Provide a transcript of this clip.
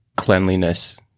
cleanliness